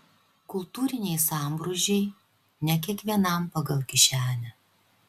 kultūriniai sambrūzdžiai ne kiekvienam pagal kišenę